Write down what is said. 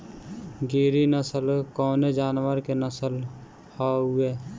गिरी नश्ल कवने जानवर के नस्ल हयुवे?